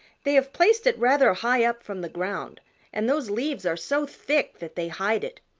they have placed it rather high up from the ground and those leaves are so thick that they hide it.